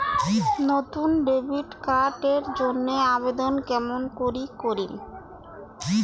নতুন debit card এর জন্যে আবেদন কেমন করি করিম?